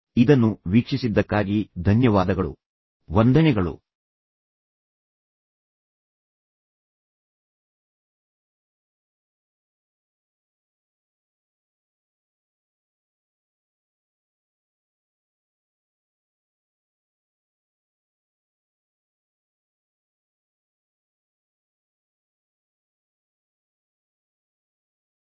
ಇದನ್ನು ವೀಕ್ಷಿಸಿದ್ದಕ್ಕಾಗಿ ಧನ್ಯವಾದಗಳು ಮತ್ತು ಮುಂದಿನ ಮಾಡ್ಯೂಲ್ನಲ್ಲಿ ಮತ್ತೆ ಭೇಟಿಯಾಗೋಣ